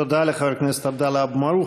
תודה לחבר הכנסת עבדאללה אבו מערוף.